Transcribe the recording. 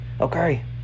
Okay